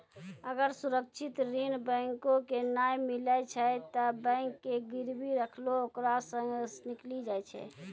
अगर सुरक्षित ऋण बैंको के नाय मिलै छै तै बैंक जे गिरबी रखलो ओकरा सं निकली जाय छै